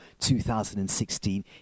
2016